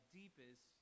deepest